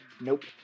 Nope